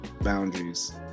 boundaries